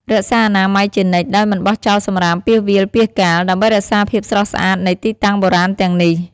រក្សាអនាម័យជានិច្ច ដោយមិនបោះសំរាមពាសវាលពាសកាល ដើម្បីរក្សាភាពស្រស់ស្អាតនៃទីតាំងបុរាណទាំងនេះ។